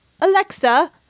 Alexa